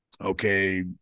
okay